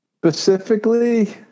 Specifically